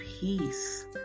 peace